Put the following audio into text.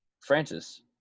Francis